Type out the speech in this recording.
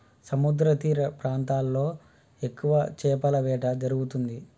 సముద్రతీర ప్రాంతాల్లో ఎక్కువ చేపల వేట జరుగుతుంది